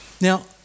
Now